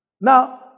Now